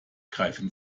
greifen